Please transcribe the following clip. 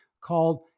called